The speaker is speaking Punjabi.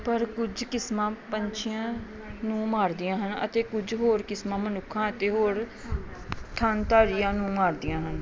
ਪਰ ਕੁੱਝ ਕਿਸਮਾਂ ਪੰਛੀਆਂ ਨੂੰ ਮਾਰਦੀਆਂ ਹਨ ਅਤੇ ਕੁੱਝ ਹੋਰ ਕਿਸਮਾਂ ਮਨੁੱਖਾਂ ਅਤੇ ਹੋਰ ਥਣਧਾਰੀਆਂ ਨੂੰ ਮਾਰਦੀਆਂ ਹਨ